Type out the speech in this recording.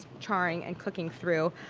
charring and cooking through,